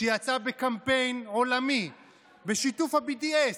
שיצא בקמפיין עולמי בשיתוף ה-BDS,